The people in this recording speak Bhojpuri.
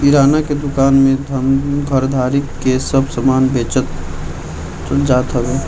किराणा के दूकान में घरदारी के सब समान बेचल जात हवे